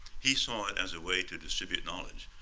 he saw it as a way to distribute knowledge,